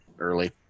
early